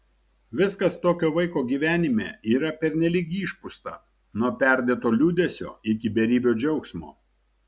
viskas tokio vaiko gyvenime yra pernelyg išpūsta nuo perdėto liūdesio iki beribio džiaugsmo